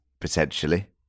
potentially